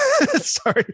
sorry